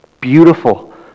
beautiful